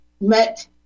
met